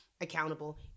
accountable